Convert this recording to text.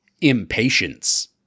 Impatience